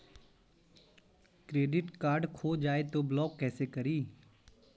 Credit card खो जाए तो ब्लॉक कैसे करी?